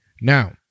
Now